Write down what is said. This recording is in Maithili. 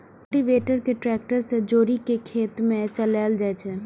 कल्टीवेटर कें ट्रैक्टर सं जोड़ि कें खेत मे चलाएल जाइ छै